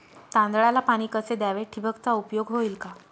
तांदळाला पाणी कसे द्यावे? ठिबकचा उपयोग होईल का?